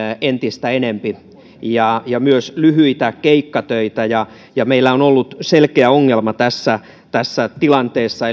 entistä enempi myös lyhyitä keikkatöitä ja meillä on on ollut selkeä ongelma tässä tässä tilanteessa